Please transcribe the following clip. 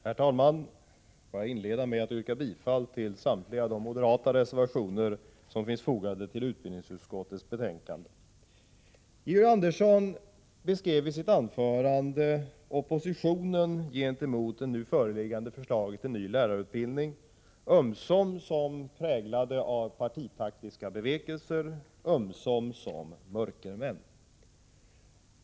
Herr talman! Får jag inleda med att yrka bifall till samtliga moderata reservationer som är fogade till utbildningsutskottets betänkande. "Georg Andersson beskrev i sitt anförande oppositionen gentemot det nu föreliggande förslaget till lärarutbildning ömsom som präglad av partitaktiska bevekelsegrunder, ömsom som bestående av mörkermän.